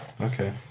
Okay